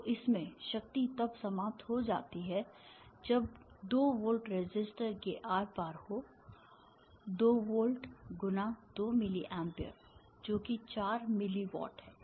तो इसमें शक्ति तब समाप्त हो जाती है जब 2 वोल्ट रेसिस्टर के आर पार हो 2 वोल्ट × 2 मिली एम्पीयर जो कि 4 मिली वाट है